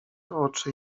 oczy